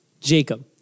Jacob